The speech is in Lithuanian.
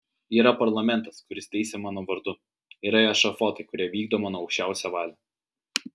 yra parlamentas kuris teisia mano vardu yra ešafotai kurie vykdo mano aukščiausią valią